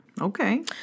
Okay